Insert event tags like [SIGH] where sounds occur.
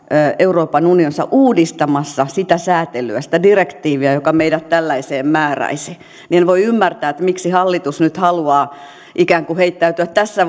euroopan unionissa uudistamassa sitä säätelyä sitä direktiiviä joka meidät tällaiseen määräisi ja en voi ymmärtää miksi hallitus nyt haluaa ikään kuin heittäytyä tässä [UNINTELLIGIBLE]